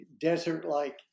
desert-like